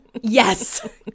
Yes